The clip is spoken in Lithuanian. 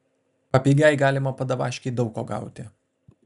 papigiaj galima padavaškėj daug ko gauti